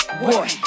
boy